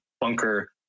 bunker